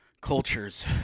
cultures